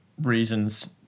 reasons